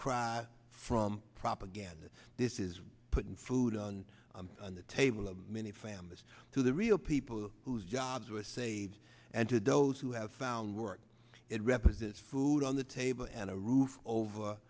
cry from propaganda this is putting food on the table of many families to the real people whose jobs were saved and to those who have found work it represents food on the table and a roof over